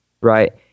right